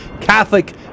Catholic